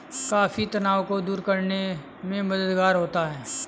coffee तनाव को दूर करने में मददगार होता है